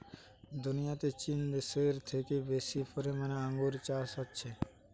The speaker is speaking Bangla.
দুনিয়াতে চীন দেশে থেকে বেশি পরিমাণে আঙ্গুর চাষ হচ্ছে